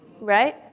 right